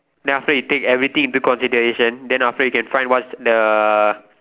then after you take everything into consideration then after you can find what's the